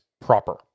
proper